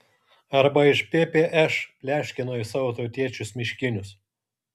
arba iš ppš pleškino į savo tautiečius miškinius